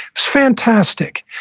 fantastic.